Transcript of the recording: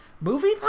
movie